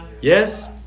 Yes